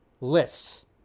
lists